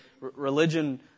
Religion